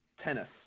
tennis